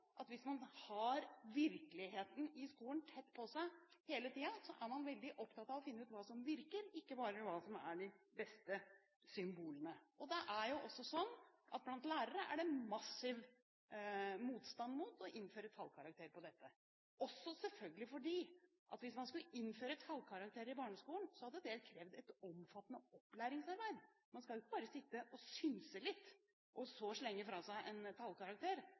at hvis man har virkeligheten i skolen tett på seg hele tiden, er man veldig opptatt av å finne ut hva som virker, ikke bare hva som er de beste symbolene. Det er også sånn at det blant lærere er massiv motstand mot å innføre tallkarakterer, selvfølgelig også fordi innføring av tallkarakterer i barneskolen hadde krevd et omfattende opplæringsarbeid. Man skal jo ikke bare sitte og synse litt og så slenge fra seg en tallkarakter.